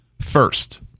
First